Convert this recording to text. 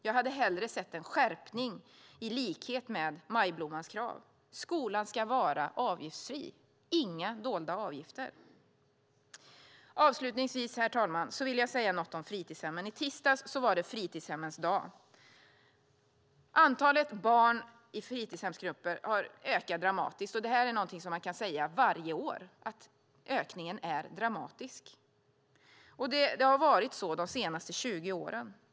Jag hade hellre sett en skärpning i likhet med Majblommans krav. Skolan ska vara avgiftsfri - inga dolda avgifter. Avslutningsvis, herr talman, vill jag säga något om fritidshemmen. I tisdags var det fritidshemmens dag. Antalet barn i fritidshemsgrupper ökar dramatiskt, och det är någonting man kan säga varje år: Ökningen är dramatisk. Det har varit så de senaste 20 åren.